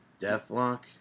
Deathlock